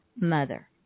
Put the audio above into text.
mother